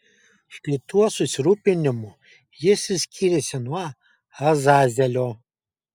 štai tuo susirūpinimu jis ir skyrėsi nuo azazelio